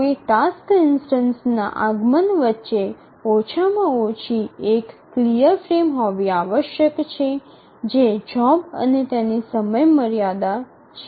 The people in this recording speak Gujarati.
કોઈ ટાસ્ક ઇન્સ્ટનસના આગમન વચ્ચે ઓછામાં ઓછી એક આખી ફ્રેમ હોવી આવશ્યક છે જે જોબ અને તેની સમયમર્યાદા છે